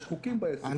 יש חוקים בעסק הזה.